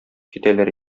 китәләр